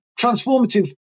transformative